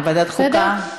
בוועדת חוקה.